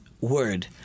word